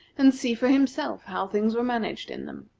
and see for himself how things were managed in them.